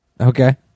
Okay